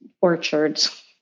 orchards